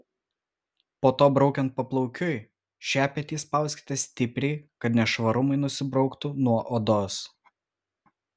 po to braukiant paplaukiui šepetį spauskite stipriai kad nešvarumai nusibrauktų nuo odos